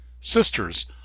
sisters